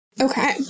Okay